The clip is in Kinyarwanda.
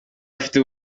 afite